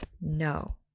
No